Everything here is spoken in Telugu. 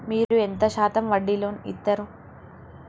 మీరు ఎంత శాతం వడ్డీ లోన్ ఇత్తరు?